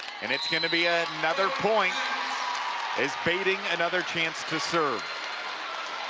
and it's going to be ah another point as badding another chance to serve.